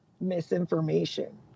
misinformation